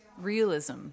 realism